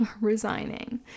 resigning